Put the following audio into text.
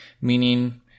meaning